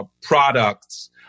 products